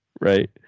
right